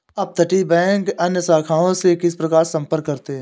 अपतटीय बैंक अन्य शाखाओं से किस प्रकार संपर्क करते हैं?